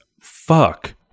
fuck